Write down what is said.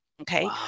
Okay